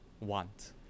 want